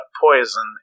poison